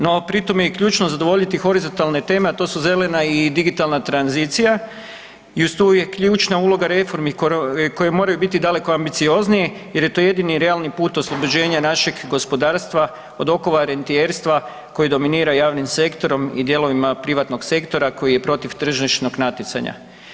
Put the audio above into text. No, pritom je i ključno zadovoljiti horizontalne teme, a to su zelena i digitalna tranzicija i uz to je ključna uloga reformi koje moraju biti daleko ambicioznije jer je to jedini realni put oslobođenja našeg gospodarstva od okova rentijerstva koje dominira javnim sektorom i dijelovima privatnog sektora koji je protiv tržišnog natjecanja.